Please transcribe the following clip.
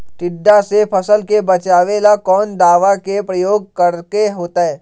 टिड्डा से फसल के बचावेला कौन दावा के प्रयोग करके होतै?